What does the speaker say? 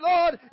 Lord